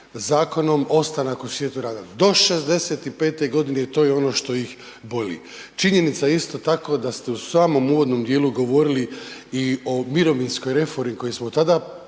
zakonom ostanak u svijetu rada do 65 godine i to je ono što ih boli. Činjenica je isto tako da ste u samom uvodnom dijelu govorili i o mirovinskoj reformi koju smo tada